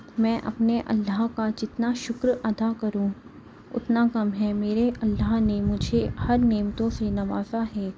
میں اپنے اللہ کا جتنا شُکر ادا کروں اتنا کم ہے میرے اللہ نے مجھے ہر نعمتوں سے نوازا ہے